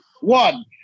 One